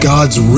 God's